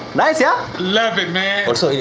nice, yeah? love it, man. also,